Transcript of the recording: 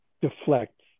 deflect